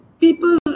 people